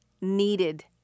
needed